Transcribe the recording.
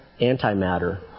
antimatter